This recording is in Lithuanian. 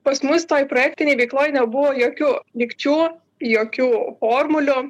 pas mus toj praktinėj veikloj nebuvo jokių lygčių jokių formulių buvo gyvenimas kaip ponia